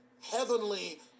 heavenly